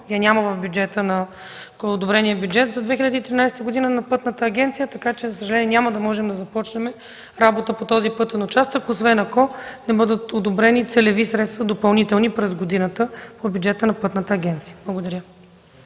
я няма в одобрения бюджет за 2013 г. на Пътната агенция. За съжаление няма да можем да започнем работа по този пътен участък, освен ако не бъдат одобрени целеви средства допълнително през годината по бюджета на Пътната агенция. Благодаря.